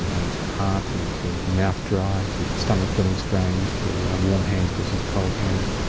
and to heart, and to mouth dry, to stomach feeling strange, to warm hands versus cold hands.